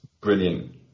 brilliant